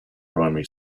primary